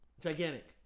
gigantic